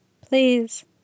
Please